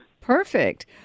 Perfect